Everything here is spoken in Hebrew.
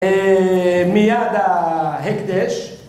מיד ההקדש